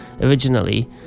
Originally